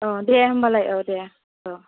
औ दे होनबालाय औ दे औ